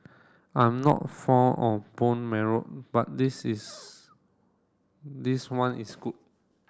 I'm not fond of bone marrow but this is this one is good